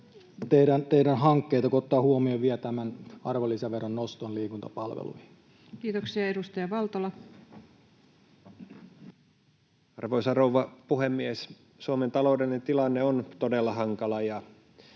teidän hankkeitanne, kun ottaa huomioon vielä tämän arvonlisäveron noston liikuntapalveluihin? Kiitoksia. — Edustaja Valtola. Arvoisa rouva puhemies! Suomen taloudellinen tilanne on todella hankala,